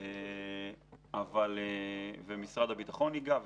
אבל משרד הביטחון יגע.